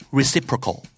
reciprocal